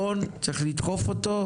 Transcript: צריך לדחוף את הדבר הזה.